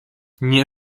nie